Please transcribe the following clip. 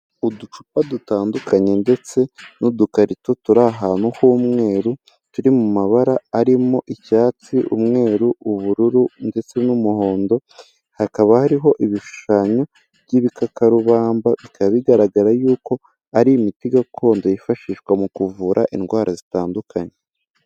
Uducupa dutandukanye ndetse n'udukarito turi ahantu h'umweru turi mu mabara arimo icyatsi umweru ubururu ndetse n'umuhondo, hakaba hariho ibishushanyo by'ibikakarubamba bikaba bigaragara yuko ari imiti gakondo yifashishwa mu kuvura indwara zitandukanye.